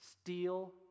steal